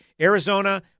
Arizona